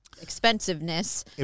expensiveness